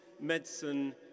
medicine